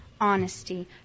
honesty